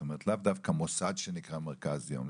זאת אומרת לאו דווקא מרכז שנקרא מרכז יום,